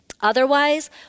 Otherwise